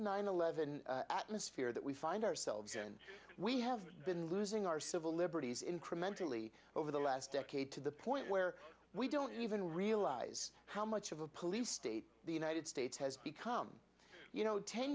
nine eleven atmosphere that we find ourselves in we have been losing our civil liberties incrementally over the last decade to the point where we don't even realize how much of a police state the united states has become you know ten